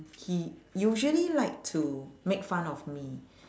he usually like to make fun of me